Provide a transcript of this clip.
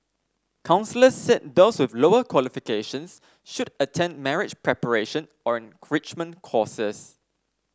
counsellors said those with lower qualifications should attend marriage preparation or enrichment courses